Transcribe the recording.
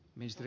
puhemies